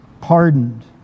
pardoned